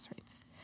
rates